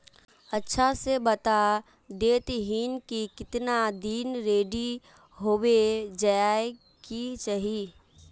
अच्छा से बता देतहिन की कीतना दिन रेडी होबे जाय के चही?